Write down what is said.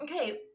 okay